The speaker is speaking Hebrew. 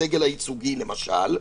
בסגל הייצוגי למשל,